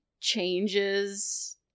changes